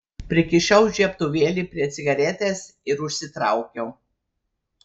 prikišau žiebtuvėlį prie cigaretės ir užsitraukiau